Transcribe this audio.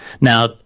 now